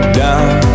down